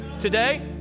today